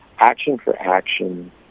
action-for-action